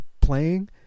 playing